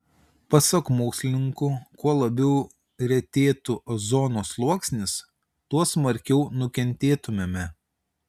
pasak mokslininkų kuo labiau retėtų ozono sluoksnis tuo smarkiau nukentėtumėme